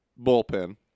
bullpen